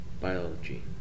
Biology